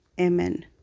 Amen